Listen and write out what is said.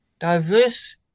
diverse